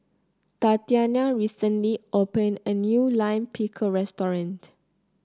Tatiana recently opened a new Lime Pickle restaurant